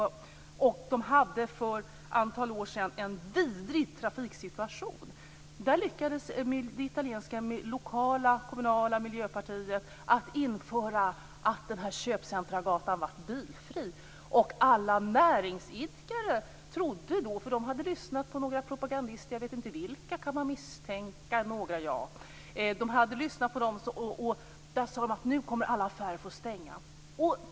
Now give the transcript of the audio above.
För ett antal år hade man en vidrig trafiksituation. Det lokala kommunala miljöpartiet lyckades att införa att köpcentrumgatan blev bilfri. Alla näringsidkare trodde efter att ha lyssnat till några propagandister - jag vet inte vilka men man kan misstänka några - att alla affärer skulle få stänga.